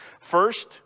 First